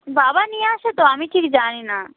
বাবা নিয়ে আসে তো আমি ঠিক জানি না